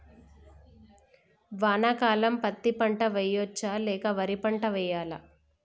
వానాకాలం పత్తి పంట వేయవచ్చ లేక వరి పంట వేయాలా?